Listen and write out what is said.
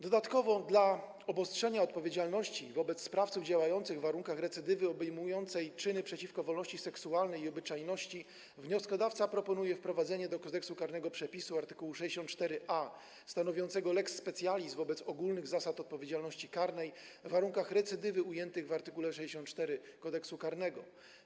Dodatkowo dla obostrzenia odpowiedzialności wobec sprawców działających w warunkach recydywy obejmującej czyny przeciwko wolności seksualnej i obyczajności wnioskodawca proponuje wprowadzenie do Kodeksu karnego przepisu art. 64a stanowiącego lex specialis wobec ogólnych zasad odpowiedzialności karnej w warunkach recydywy ujętych w art. 64 Kodeksu karnego.